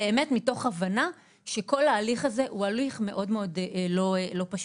באמת מתוך הבנה שכל ההליך הזה הוא הליך מאוד מאוד לא פשוט.